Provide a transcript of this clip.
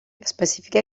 especifica